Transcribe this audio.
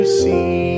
see